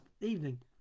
evening